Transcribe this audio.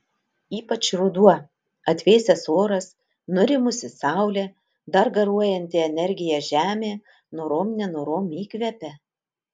ypač ruduo atvėsęs oras nurimusi saulė dar garuojanti energija žemė norom nenorom įkvepia